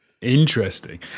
Interesting